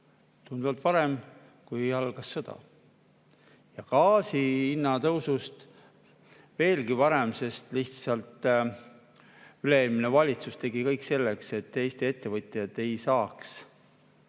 tunduvalt varem, kui algas sõda. Ja gaasi hinna tõusust veelgi varem, sest lihtsalt üle-eelmine valitsus tegi kõik selleks, et Eesti ettevõtjad ei saaks